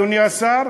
אדוני השר,